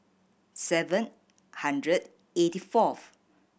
seven hundred eighty fourth